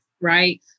right